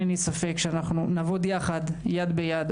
אין לי ספק שאנחנו נעבוד יחד יד ביד,